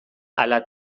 ala